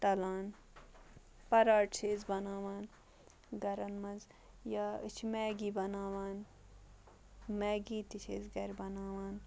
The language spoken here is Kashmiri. تَلان پَراٹھ چھِ أسۍ بَناوان گَرَن مَنٛز یا أسۍ چھِ میگی بَناوان میگی تہِ چھِ أسۍ گَرِ بَناوان